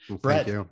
Brett